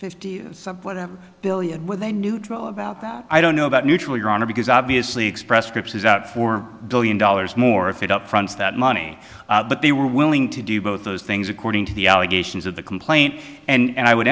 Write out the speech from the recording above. fifty billion with a neutral about that i don't know about neutral your honor because obviously express scripts is out four billion dollars more if it upfront that money but they were willing to do both those things according to the allegations of the complaint and i would